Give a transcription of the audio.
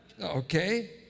Okay